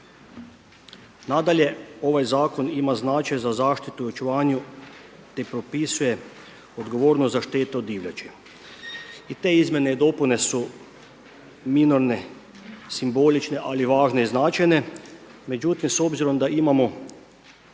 Nadalje, ovaj zakon ima značaj za zaštitu i očuvanju te propisuje odgovornost za štetu od divljači. Te izmjene i dopune su minorne, simbolične ali važne i značajne. Međutim, s obzirom da imamo